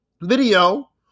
video